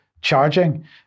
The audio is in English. charging